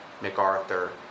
MacArthur